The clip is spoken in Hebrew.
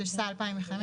התשס"ה-2005,